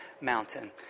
mountain